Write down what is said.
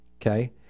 okay